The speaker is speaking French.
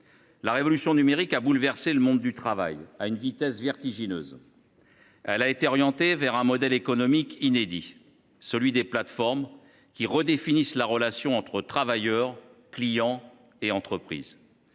La révolution numérique a bouleversé le monde du travail à une vitesse vertigineuse. Elle a été orientée vers un modèle économique inédit : celui des plateformes, qui redéfinissent la relation entre travailleurs, clients et entreprises.